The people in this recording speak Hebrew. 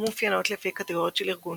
ומאופיינות לפי קטגוריות של ארגון,